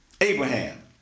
Abraham